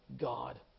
God